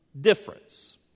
difference